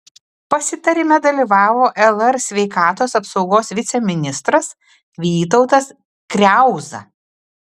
pasitarime dalyvavo lr sveikatos apsaugos viceministras vytautas kriauza